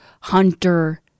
Hunter